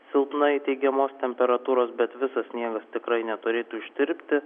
silpnai teigiamos temperatūros bet visas sniegas tikrai neturėtų ištirpti